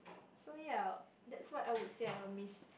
so ya that's what I would say I miss